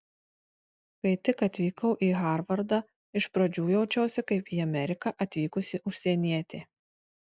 kai tik atvykau į harvardą iš pradžių jaučiausi kaip į ameriką atvykusi užsienietė